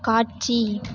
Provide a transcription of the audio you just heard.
காட்சி